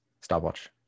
stopwatch